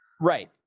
Right